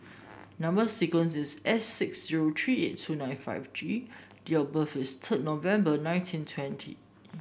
number sequence is S six zero three eight two nine five G date of birth is third November nineteen twenty